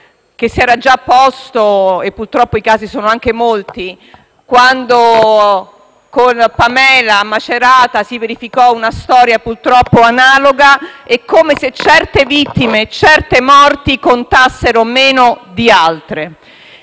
che si era già a posto - e purtroppo i casi sono anche molti - quando con Pamela Mastropietro a Macerata si verificò una storia purtroppo analoga. È come se certe vittime e certe morti contassero meno di altre.